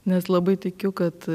nes labai tikiu kad